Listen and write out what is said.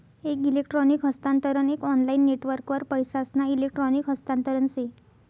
एक इलेक्ट्रॉनिक हस्तांतरण एक ऑनलाईन नेटवर्कवर पैसासना इलेक्ट्रॉनिक हस्तांतरण से